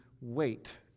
wait